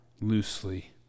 loosely